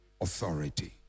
authority